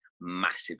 massive